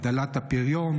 הגדלת הפריון